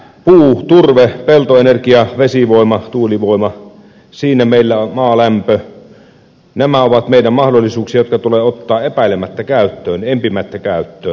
puu turve peltoenergia vesivoima tuulivoima maalämpö nämä ovat meidän mahdollisuuksiamme jotka tulee ottaa empimättä käyttöön